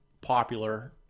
popular